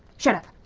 shut up.